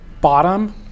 bottom